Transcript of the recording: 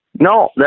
No